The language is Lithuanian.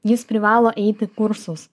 jis privalo eit į kursus